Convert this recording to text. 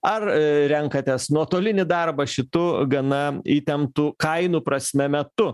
ar renkatės nuotolinį darbą šitų gana įtemptų kainų prasme metu